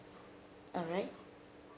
alright